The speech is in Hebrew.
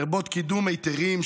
לרבות קידום היתרים,